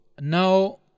now